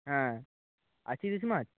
হ্যাঁ আছে ইলিশ মাছ